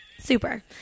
super